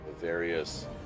various